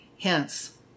Hence